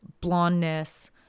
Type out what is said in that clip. blondness